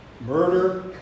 Murder